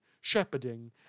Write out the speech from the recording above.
shepherding